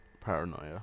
paranoia